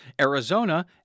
Arizona